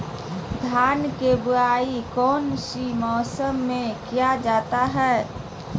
धान के बोआई कौन सी मौसम में किया जाता है?